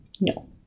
No